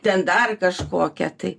ten dar kažkokia tai